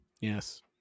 Yes